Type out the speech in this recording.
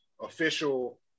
official